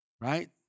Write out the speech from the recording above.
right